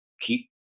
keep